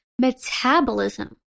metabolism